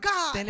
God